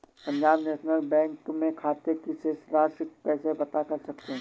Punjab national bank में खाते की शेष राशि को कैसे पता कर सकते हैं?